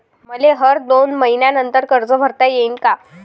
मले हर दोन मयीन्यानंतर कर्ज भरता येईन का?